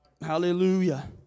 Hallelujah